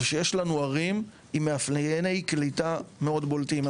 שיש לנו ערים עם מאפייני קליטה מאוד בולטים.